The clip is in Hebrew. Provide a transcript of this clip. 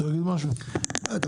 תודה